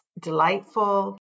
delightful